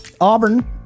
Auburn